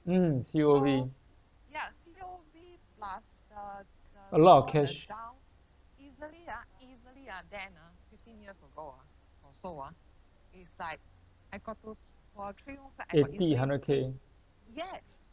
mm C_O_V a lot of cash eighty hundred K